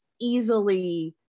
easily